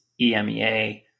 EMEA